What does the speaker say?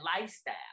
lifestyle